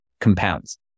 compounds